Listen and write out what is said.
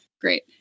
Great